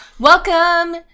Welcome